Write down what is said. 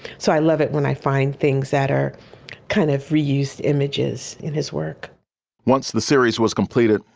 so i love it when i find things that are kind of reused images in his work once the series was completed,